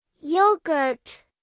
yogurt